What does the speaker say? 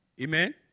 Amen